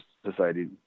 society